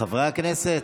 חברי הכנסת,